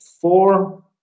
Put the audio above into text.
four